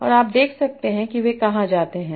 और आप देख सकते हैं कि वे कहां जाते हैं